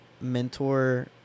mentor